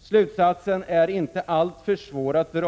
Slutsatsen är inte alltför svår att dra.